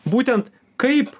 būtent kaip